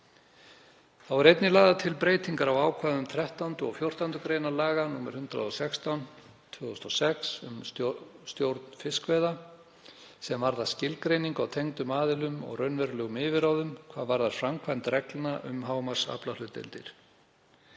Þá eru einnig lagðar til breytingar á ákvæðum 13. og 14. gr. laga nr. 116/2006, um stjórn fiskveiða, sem varða skilgreiningu á tengdum aðilum og raunverulegum yfirráðum hvað varðar framkvæmd reglna um hámarksaflahlutdeildir.